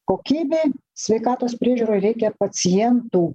kokybei sveikatos priežiūroj reikia pacientų